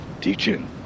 teaching